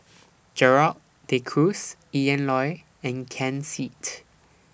Gerald De Cruz Ian Loy and Ken Seet